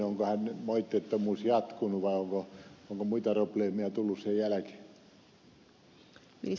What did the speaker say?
onko hänen moitteettomuutensa jatkunut vai onko muita probleemia tullut sen jälkeen